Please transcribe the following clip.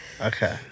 okay